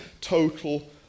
total